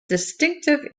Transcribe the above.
distinctive